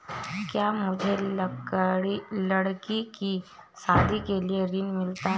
क्या मुझे लडकी की शादी के लिए ऋण मिल सकता है?